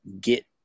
get